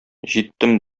җиттем